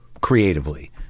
creatively